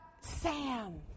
Sam